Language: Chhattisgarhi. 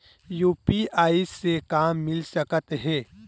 यू.पी.आई से का मिल सकत हे?